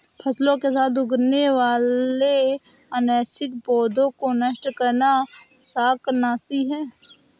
फसलों के साथ उगने वाले अनैच्छिक पौधों को नष्ट करना शाकनाशी है